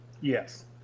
Yes